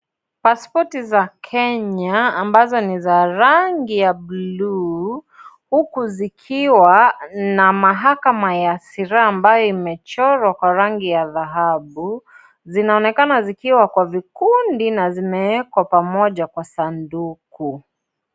Paspoti za Kenya ambazo ni za rangi ya buluu huku zikiwa na mahakama ya siraa ambayo imechorwa kwa rangi ya dhahabu zinaonekana zikiwa kwa vikundi na zimeekwa pamoja kwa sanduku.